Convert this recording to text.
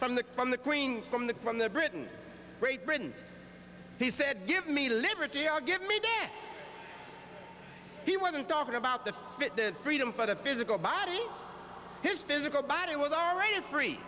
from the from the queen from the from the britain great britain he said give me liberty or give me death he wasn't talking about the fit the freedom for the physical body his physical body was